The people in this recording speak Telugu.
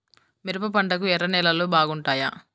మిరప పంటకు ఎర్ర నేలలు బాగుంటాయా?